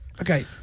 okay